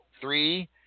three